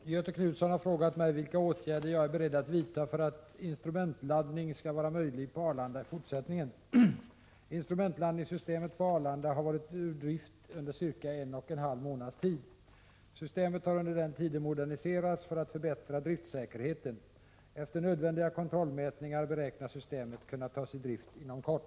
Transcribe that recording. Herr talman! Göthe Knutson har frågat mig vilka åtgärder jag är beredd att vidta för att instrumentlandning skall vara möjlig på Arlanda i fortsättningen. Instrumentlandningssystemet på Arlanda har varit ur drift under cirka en och en halv månads tid. Systemet har under den tiden moderniserats för att förbättra driftsäkerheten. Efter nödvändiga kontrollmätningar beräknas systemet kunna tas i drift inom kort.